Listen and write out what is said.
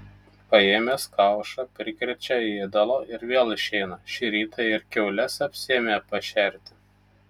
paėmęs kaušą prikrečia ėdalo ir vėl išeina šį rytą ir kiaules apsiėmė pašerti